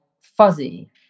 fuzzy